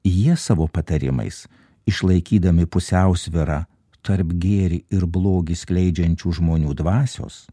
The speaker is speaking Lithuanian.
jie savo patarimais išlaikydami pusiausvyrą tarp gėrį ir blogį skleidžiančių žmonių dvasios